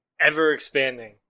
ever-expanding